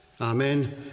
Amen